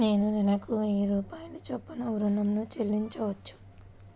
నేను నెలకు వెయ్యి రూపాయల చొప్పున ఋణం ను చెల్లించవచ్చా?